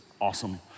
awesome